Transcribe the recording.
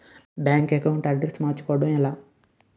Bank account address మార్చుకోవడం ఎలా?